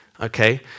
Okay